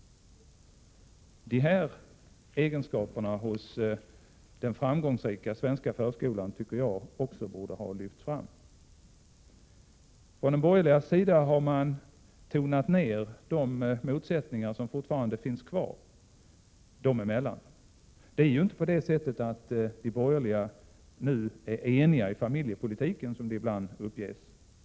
De här egenskaperna hos den framgångsrika svenska förskolan tycker jag också borde ha lyfts fram. På den borgerliga sidan har man tonat ner de motsättningar som fortfarande finns kvar dem emellan. Det är ju inte så att de borgerliga nu är eniga om familjepolitiken, som det ibland uppges.